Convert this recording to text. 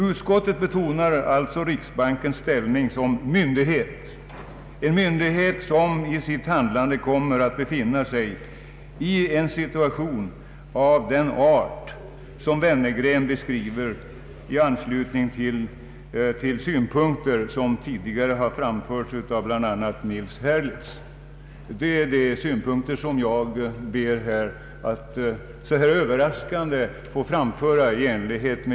Utskottet betonar alltså riksbankens ställning som myndighet — en myndighet som i sitt handlande kommer att befinna sig i en situation av den art som Wennergren beskriver i anslutning till synpunkter som tidigare har framförts av bl.a. professor Nils Herlitz.